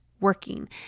working